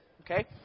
Okay